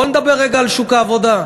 בוא נדבר רגע על שוק העבודה.